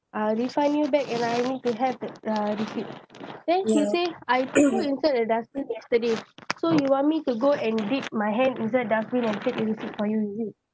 uh refund you back and I need to have the uh receipt then she say I throw inside the dustbin yesterday so you want me to go and dip my hand inside dustbin and take the receipt for you is it